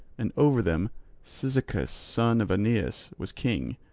and over them cyzicus son of aeneus was king,